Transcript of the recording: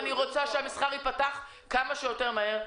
אני רוצה שהמסחר ייפתח כמה שיותר מהר.